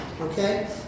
okay